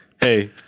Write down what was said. hey